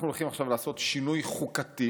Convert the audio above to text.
אנחנו הולכים עכשיו לעשות שינוי חוקתי,